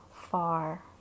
far